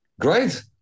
Great